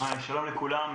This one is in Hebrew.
שלום לכולם.